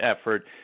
effort